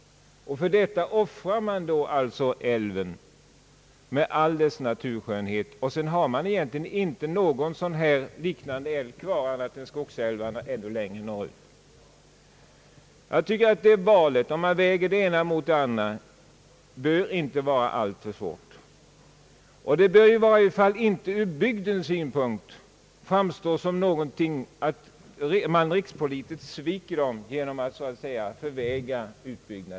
För detta offrar man då älven med all dess naturskönhet, och sedan har man egentligen inte någon liknande älv kvar, utom en del skogsälvar ännu längre norrut. Jag tycker att valet inte bör vara alltför svårt. Att man förvägrar utbyggnaden bör i varje fall inte ur bygdens synpunkt framstå som ett rikspolitiskt svek.